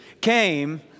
came